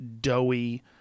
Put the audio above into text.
doughy